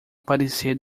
aparecer